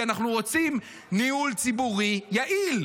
כי אנחנו רוצים ניהול ציבורי יעיל,